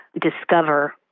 discover